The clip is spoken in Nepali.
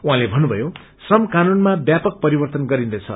उहाँले भन्नुषयो श्रम कानूनमा व्यापक परिववन गरिन्दैछ